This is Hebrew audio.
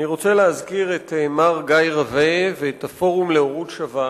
אני רוצה להזכיר את מר גיא רוה ואת הפורום להורות שווה,